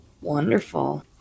Wonderful